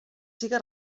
siga